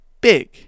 big